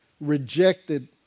rejected